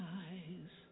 eyes